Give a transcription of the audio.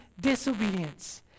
disobedience